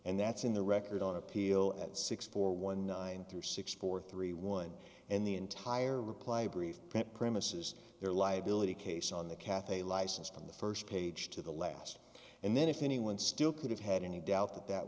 and that's in the record on appeal at six four one nine three six four three one and the entire reply brief premises their liability case on the cathay license from the first page to the last and then if anyone still could have had any doubt that that